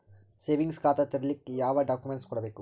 Savings ಖಾತಾ ತೇರಿಲಿಕ ಯಾವ ಡಾಕ್ಯುಮೆಂಟ್ ಕೊಡಬೇಕು?